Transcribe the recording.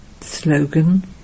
Slogan